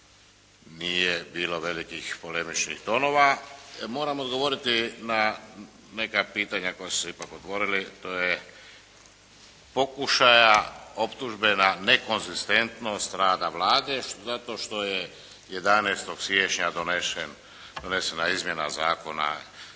nije bilo velikih polemičnih tonova. Moram odgovoriti na neka pitanja koja su se ipak otvorila. To je pokušaja optužbe na nekonzistentnost rada Vlade zato što je 11. siječnja donesen, donesena Izmjena